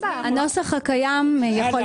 הנוסח הקיים יכול להישאר.